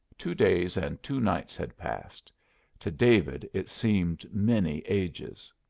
two days and two nights had passed to david it seemed many ages.